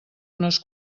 unes